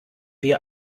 wir